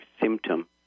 symptom